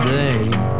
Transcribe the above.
Blame